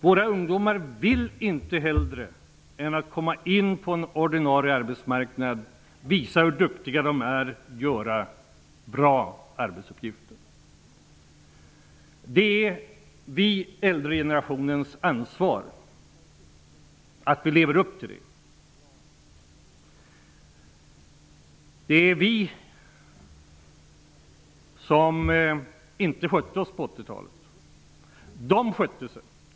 Våra ungdomar vill inget hellre än att komma in på en ordinarie arbetsmarknad, visa hur duktiga de är och göra bra arbetsinsatser. Det är den äldre generationens ansvar att leva upp till detta. Det var vi som inte skötte oss på 80-talet. Ungdomarna skötte sig.